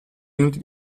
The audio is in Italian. minuti